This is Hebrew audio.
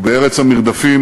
וב"ארץ המרדפים"